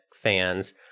fans